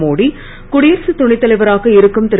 மோடி குடியரசு துணை தலைவராக இருக்கும் திரு